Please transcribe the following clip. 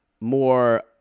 more